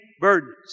burdens